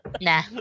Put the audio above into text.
Nah